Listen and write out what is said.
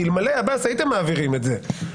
כי אלמלא עבאס הייתם מעבירים את זה,